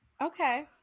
okay